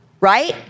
right